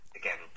again